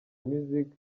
music